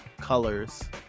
colors